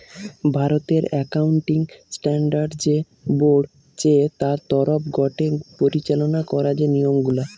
ভারতের accounting standard যে board চে তার তরফ গটে পরিচালনা করা যে নিয়ম গুলা